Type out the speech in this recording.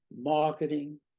marketing